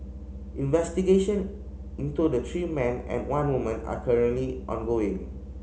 investigation into the three men and one woman are currently ongoing